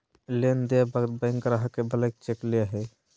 loan देय वक्त bank ग्राहक से ब्लैंक चेक ले हइ